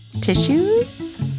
tissues